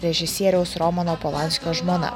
režisieriaus romano polanskio žmona